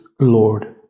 Lord